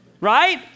Right